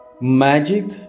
Magic